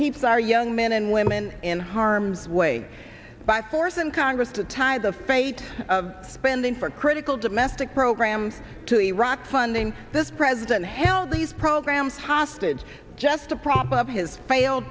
keeps our young men and women in harm's way by force and congress to tie the fate of spending for critical domestic programs to iraq funding this president held these programs hostage just a prop of his failed